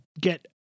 get